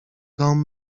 dom